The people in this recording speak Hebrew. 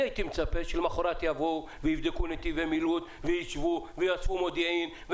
אני הייתי מצפה שלמחרת יבואו ויבדקו נתיבי מילוט וישבו ויאספו מודיעין.